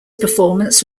performance